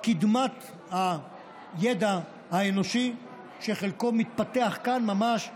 קדמת הידע האנושי, שחלקו מתפתח כאן ממש,